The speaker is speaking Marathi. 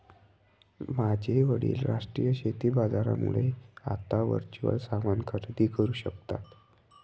माझे वडील राष्ट्रीय शेती बाजारामुळे आता वर्च्युअल सामान खरेदी करू शकता